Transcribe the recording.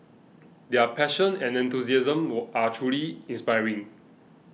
their passion and enthusiasm were are truly inspiring